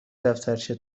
دفترچه